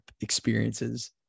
experiences